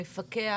או מפקח,